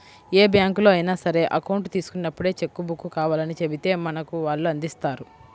ఏ బ్యాంకులో అయినా సరే అకౌంట్ తీసుకున్నప్పుడే చెక్కు బుక్కు కావాలని చెబితే మనకు వాళ్ళు అందిస్తారు